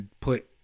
put